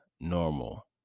normal